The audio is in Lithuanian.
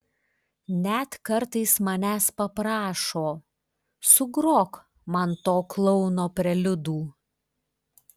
net kartais manęs paprašo sugrok man to klouno preliudų